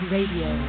Radio